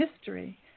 history